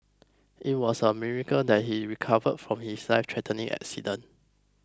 it was a miracle that he recovered from his life threatening accident